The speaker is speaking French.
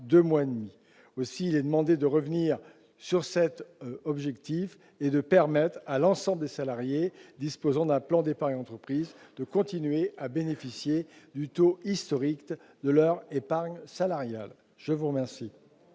deux mois et demi. Aussi, il est demandé de revenir sur cet objectif et de permettre à l'ensemble des salariés disposant d'un plan d'épargne d'entreprise de continuer à bénéficier du taux historique de leur épargne salariale. Quel